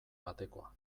batekoa